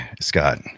Scott